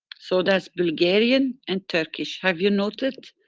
so that's bulgarian and turkish. have you noted